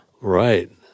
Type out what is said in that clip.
Right